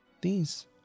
These